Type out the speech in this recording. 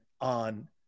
on